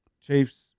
Chiefs